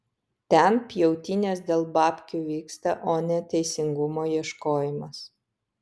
ten pjautynės dėl babkių vyksta o ne teisingumo ieškojimas